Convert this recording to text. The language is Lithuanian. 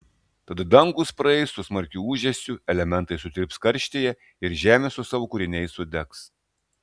tada dangūs praeis su smarkiu ūžesiu elementai sutirps karštyje ir žemė su savo kūriniais sudegs